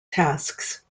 tasks